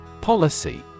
Policy